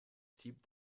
type